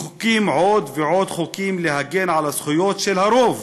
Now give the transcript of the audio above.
מחוקקים עוד ועוד חוקים להגן על הזכויות של הרוב